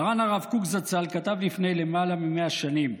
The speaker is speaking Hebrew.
מרן הרב קוק זצ"ל כתב לפני למעלה מ-100 שנים,